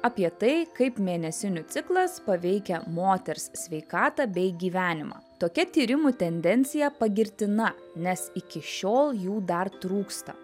apie tai kaip mėnesinių ciklas paveikia moters sveikatą bei gyvenimą tokia tyrimų tendencija pagirtina nes iki šiol jų dar trūksta